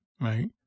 right